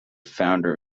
founder